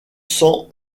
san